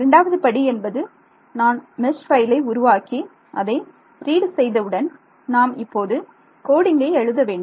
இரண்டாவது படி என்பது நான் மெஷ் பைலை உருவாக்கி அதை ரீட் செய்தவுடன் நாம் இப்போது கோடிங்கை எழுத எழுத வேண்டும்